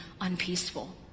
unpeaceful